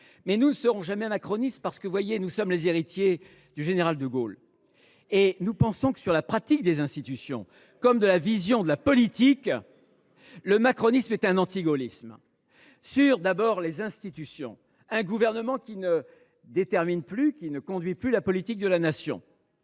Nous ne serons jamais macronistes, car, voyez vous, nous sommes les héritiers du général de Gaulle. Et nous pensons que, sur la pratique des institutions comme sur la vision de la politique, le macronisme est un antigaullisme. Sur les institutions, on a un gouvernement qui ne détermine et ne conduit plus la politique de la Nation